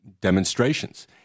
demonstrations